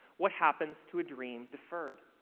what happens to a dream deferred?